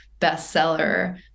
bestseller